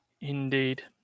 Indeed